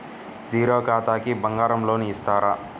Zero ఖాతాకి బంగారం loan ఇస్తారా?